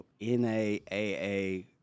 NAAA